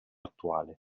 attuale